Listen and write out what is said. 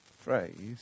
phrase